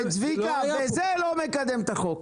צביקה, בזה לא נקדם את החוק.